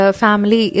family